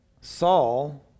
Saul